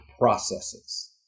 processes